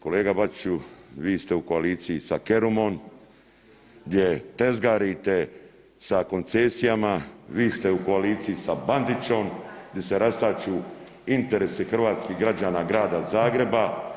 Kolega Bačiću vi ste u koaliciji sa Kerumom gdje tezgarite sa koncesijama, vi ste u koaliciji sa BAndićom di se rastaču interesi hrvatskih građana Grada Zagreba.